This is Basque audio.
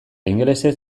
ingelesez